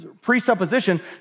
presupposition